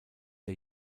der